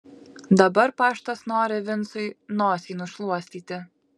dabar paštas nori vincui nosį nušluostyti